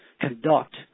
conduct